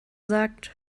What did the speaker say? sagt